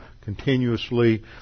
continuously